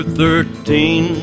thirteen